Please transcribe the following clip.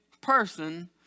person